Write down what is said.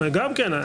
וגם כן,